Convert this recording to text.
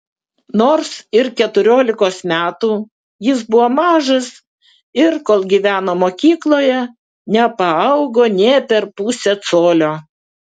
nors ir keturiolikos metų jis buvo mažas ir kol gyveno mokykloje nepaaugo nė per pusę colio